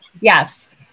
yes